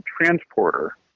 transporter